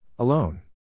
Alone